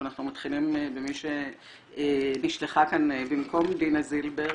ואנחנו מתחילים במי שנשלחה לכאן במקום דינה זילבר,